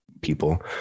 people